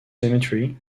cemetery